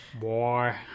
Boy